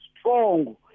strong